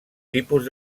tipus